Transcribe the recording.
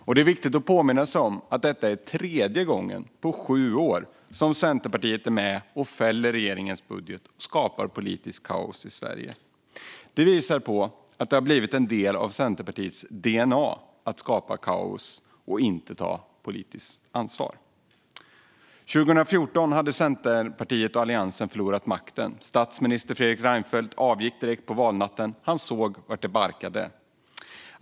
Och det är viktigt att påminna sig om att detta är tredje gången på sju år som Centerpartiet är med och fäller regeringens budget och skapar politiskt kaos i Sverige. Det visar på att det har blivit en del av Centerpartiets dna att skapa kaos och inte ta politiskt ansvar. År 2014 hade Centerpartiet och Alliansen förlorat makten. Statsminister Fredrik Reinfeldt avgick direkt på valnatten. Han såg vartåt det barkade.